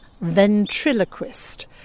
ventriloquist